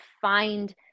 find